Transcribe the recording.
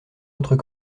autres